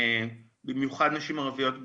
בעיקר נשים ערביות,